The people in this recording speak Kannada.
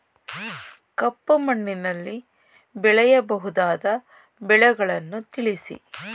ಕಪ್ಪು ಮಣ್ಣಿನಲ್ಲಿ ಬೆಳೆಯಬಹುದಾದ ಬೆಳೆಗಳನ್ನು ತಿಳಿಸಿ?